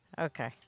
Okay